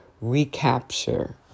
recapture